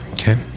Okay